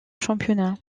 championnats